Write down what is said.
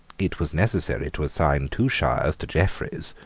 it was necessary to assign two shires to jeffreys,